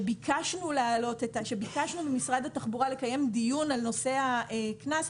עת ביקשנו ממשרד התחבורה לקיים דיון על נושא הקנס,